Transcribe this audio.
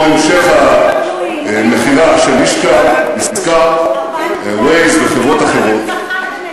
מה עם ה-25 מיליארד שקלים של הרווחים הכלואים?